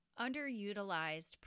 underutilized